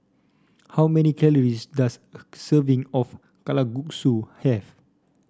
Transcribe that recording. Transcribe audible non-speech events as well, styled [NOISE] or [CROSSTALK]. how many calories does [UNINTELLIGIBLE] serving of Kalguksu have